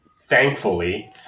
thankfully